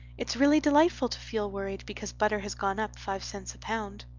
it's really delightful to feel worried because butter has gone up five cents a pound.